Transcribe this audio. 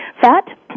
Fat